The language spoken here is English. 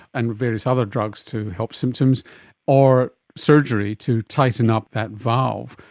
and various other drugs to help symptoms or surgery to tighten up that valve.